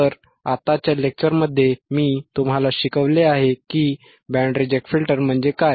तर आत्ताच्या लेक्चरमध्ये मी तुम्हाला शिकवले आहे की बँड रिजेक्ट फिल्टर म्हणजे काय